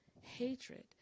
Hatred